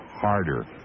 harder